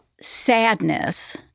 sadness